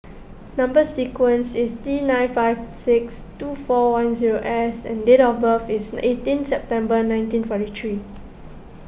Number Sequence is T nine five six two four one zero S and date of birth is eighteen September nineteen forty three